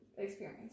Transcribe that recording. experience